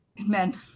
men